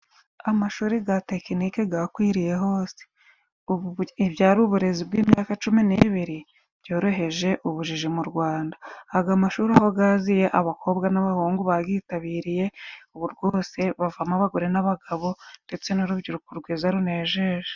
Amashuri ga tekinike gakwiriye hose, ubu ibyari uburezi bw'imyaka cumi n'ibiri byoroheje ubujiji mu Rwanda, aga amashuri aho gaziye abakobwa n'abahungu bagitabiriye, ubu rwose bavamo abagore n'abagabo ndetse n'urubyiruko rwiza runejeje.